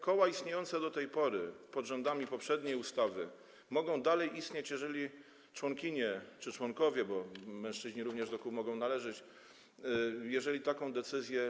Koła istniejące do tej pory, powstałe pod rządami poprzedniej ustawy mogą dalej istnieć, jeżeli członkinie czy członkowie, bo mężczyźni również do kół mogą należeć, podejmą taką decyzję.